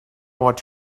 what